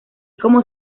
como